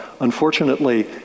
Unfortunately